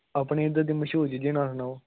अपनी इद्धर दी मशहूर चीज़ें दे नांऽ सनाओ